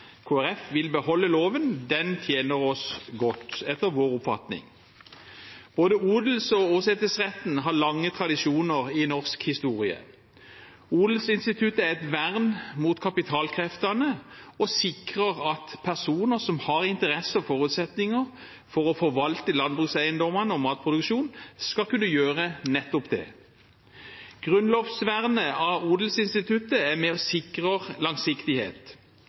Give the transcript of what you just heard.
vil beholde loven. Den tjener oss godt, etter vår oppfatning. Både odels- og åsetesretten har lange tradisjoner i norsk historie. Odelsinstituttet er et vern mot kapitalkreftene og sikrer at personer som har interesse og forutsetninger for å forvalte landbrukseiendommene og matproduksjon, skal kunne gjøre nettopp det. Grunnlovsvernet av odelsinstituttet er med på å sikre langsiktighet. Den sikrer forutsigbarhet og langsiktighet